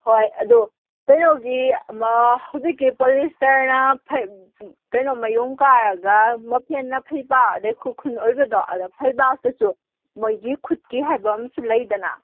ꯍꯣꯏ ꯑꯗꯨ ꯀꯩꯅꯣꯒꯤ ꯑꯃ ꯍꯧꯖꯤꯛꯀꯤ ꯄꯣꯂꯤꯁꯇꯔꯅ ꯀꯩꯅꯣ ꯃꯌꯨꯡ ꯀꯥꯔꯒ ꯃꯐꯦꯟꯅ ꯐꯩꯕꯥꯛ ꯑꯗꯩ ꯈꯨꯔꯈꯨꯜ ꯑꯣꯏꯕꯗꯣ ꯑꯗ ꯐꯩꯕꯥꯛꯇꯨꯁꯨ ꯃꯣꯏꯒꯤ ꯈꯨꯠꯀꯤ ꯍꯥꯏꯕ ꯑꯃꯁꯨ ꯂꯩꯗꯅ